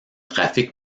trafic